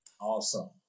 Awesome